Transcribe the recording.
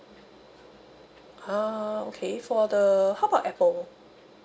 ah okay for the how about apple